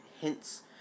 hints